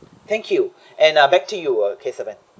thank you and ah back to you uh kesavan